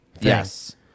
Yes